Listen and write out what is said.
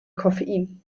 koffein